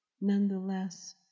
Nonetheless